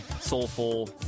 soulful